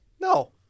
No